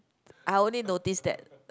I only notice that